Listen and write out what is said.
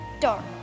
dark